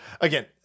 Again